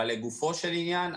אבל לגופו של העניין,